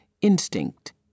instinct